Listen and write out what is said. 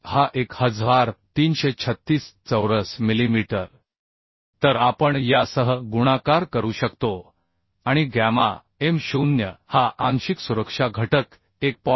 हा 1336 चौरस मिलीमीटर तर आपण यासह गुणाकार करू शकतो आणि गॅमा m0 हा आंशिक सुरक्षा घटक 1